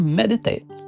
meditate